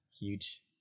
huge